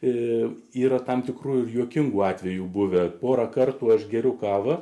ir yra tam tikrų ir juokingų atvejų buvę porą kartų aš geriu kavą